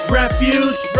refuge